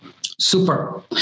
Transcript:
Super